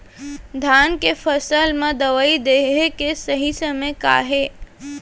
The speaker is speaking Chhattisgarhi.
धान के फसल मा दवई देहे के सही समय का हे?